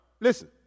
listen